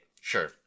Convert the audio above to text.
Sure